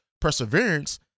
perseverance